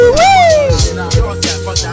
woo